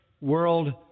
world